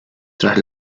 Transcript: tras